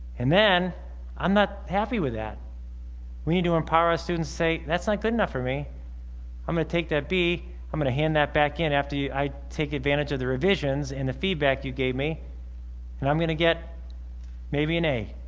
and then i'm not happy with that when you do empower us students students say that's not good enough for me i'm gonna take that b i'm gonna hand that back in after you i take advantage of the revisions and the feedback you gave me and i'm gonna get maybe an a